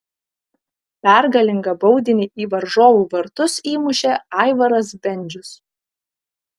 pergalingą baudinį į varžovų vartus įmušė aivaras bendžius